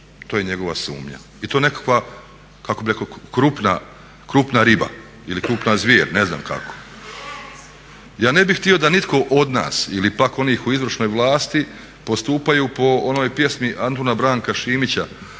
to je njegova sumnja. I to nekakva kako bih rekao krupna riba ili krupna zvijer, ne znam kako. Ja ne bih htio da nitko od nas ili pak onih u izvršnoj vlasti postupaju po onoj pjesmi A. B. Šimića